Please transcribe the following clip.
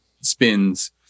spins